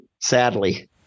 sadly